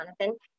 Jonathan